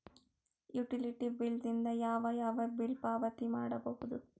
Utility bill ದಿಂದ ಯಾವ ಯಾವ ಬಿಲ್ ಪಾವತಿ ಮಾಡಬಹುದು?